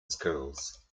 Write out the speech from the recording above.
schools